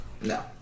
No